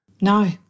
No